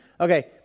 Okay